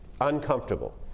uncomfortable